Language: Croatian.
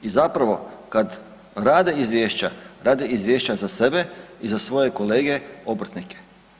I zapravo kad rade izvješća rade izvješća za sebe i za svoje kolege obrtnike.